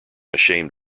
ashamed